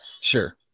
sure